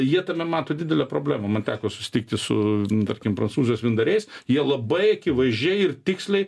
jie tame mato didelę problemą man teko susitikti su tarkim prancūzijos vyndariais jie labai akivaizdžiai ir tiksliai